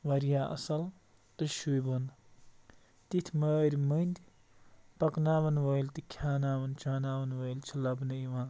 واریاہ اَصٕل تہٕ شوٗبٕوُن تِتھۍ مٲرۍ مٔنٛدۍ پَکناوَن وٲلۍ تہٕ کھیٛاناوَن چاوناوَن وٲلۍ چھِ لَبنہٕ یِوان